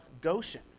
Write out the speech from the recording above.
Goshen